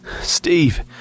Steve